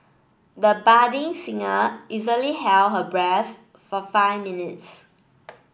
the budding singer easily held her breath for five minutes